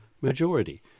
majority